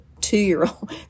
two-year-old